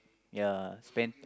ya spend